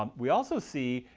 um we also see,